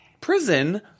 prison